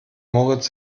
moritz